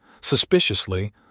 Suspiciously